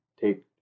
take